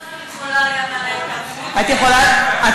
עכשיו אני יכולה, את